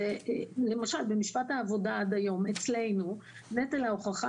זה למשל במשפט העבודה עד היום אצלנו נטל ההוכחה